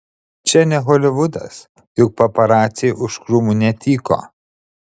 čia ne holivudas juk paparaciai už krūmų netyko